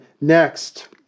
next